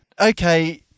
okay